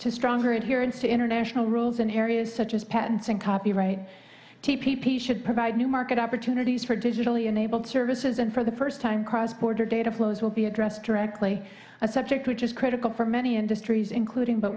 to stronger adherence to international rules in areas such as patents and copyright t p p should provide new market opportunities for digitally enabled services and for the first time cross border data flows will be addressed directly a subject which is critical for many industries including but